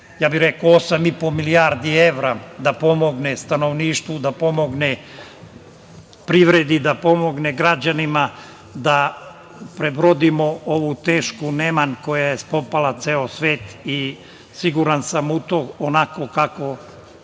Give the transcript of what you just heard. preko 8,5 milijardi evra da pomogne stanovništvu, da pomogne privredi, da pomogne građanima da prebrodimo ovu tešku neman koja je spopala ceo svet. Siguran sam u to, onako kako